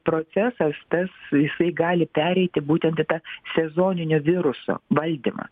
procesas tas jisai gali pereiti būtent į tą sezoninio viruso valdymą